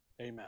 amen